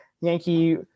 yankee